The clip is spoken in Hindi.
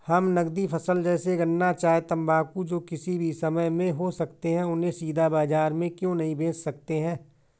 हम नगदी फसल जैसे गन्ना चाय तंबाकू जो किसी भी समय में हो सकते हैं उन्हें सीधा बाजार में क्यो नहीं बेच सकते हैं?